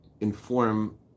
inform